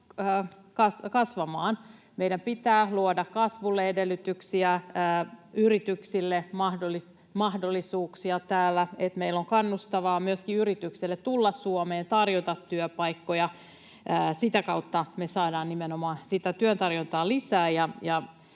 kasvamaan. Meidän pitää luoda kasvulle edellytyksiä, yrityksille mahdollisuuksia täällä, niin että meillä on kannustavaa myöskin yrityksille tulla Suomeen, tarjota työpaikkoja. Sitä kautta me saadaan nimenomaan sitä työtarjontaa lisää